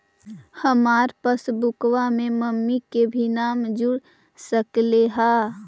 हमार पासबुकवा में मम्मी के भी नाम जुर सकलेहा?